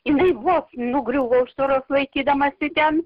jinai vos nugriuvo už tvoros laikydamasi ten